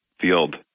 field